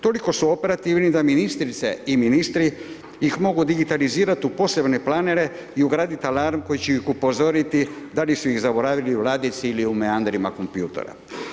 Toliko su operativni da ministrice i ministri ih mogu digitalizirat u posebne planere i ugradit alarm koji će ih upozoriti da li su ih zaboravili u ladici ili u meandrima kompjutera.